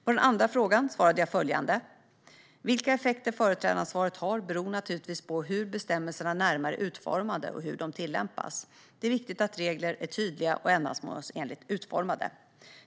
På den andra frågan svarade jag följande: Vilka effekter företrädaransvaret har beror naturligtvis på hur bestämmelserna närmare är utformade och hur de tillämpas. Det är viktigt att regler är tydligt och ändamålsenligt utformade.